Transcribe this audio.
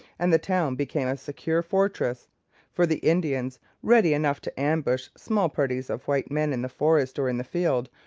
and the town became a secure fortress for the indians, ready enough to ambush small parties of white men in the forest or in the fields,